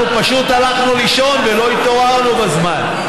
אנחנו פשוט הלכנו לישון ולא התעוררנו בזמן.